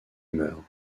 meurt